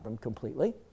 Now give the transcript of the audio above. completely